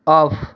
of